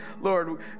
Lord